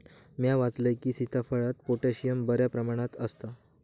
म्या वाचलंय की, सीताफळात पोटॅशियम बऱ्या प्रमाणात आसता